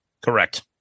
Correct